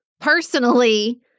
personally